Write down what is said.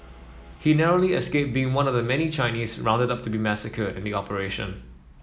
he narrowly escaped being one of the many Chinese rounded to be massacred in the operation